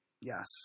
Yes